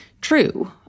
true